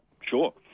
Sure